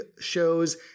shows